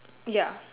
ya